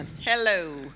Hello